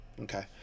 okay